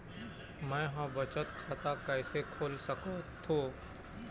मै ह बचत खाता कइसे खोल सकथों?